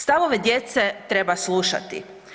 Stavove djece treba slušati.